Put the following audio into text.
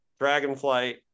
Dragonflight